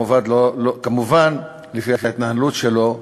כמובן, לפי ההתנהלות שלו,